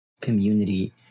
community